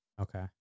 Okay